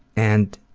and